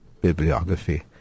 bibliography